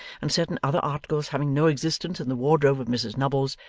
and certain other articles having no existence in the wardrobe of mrs nubbles,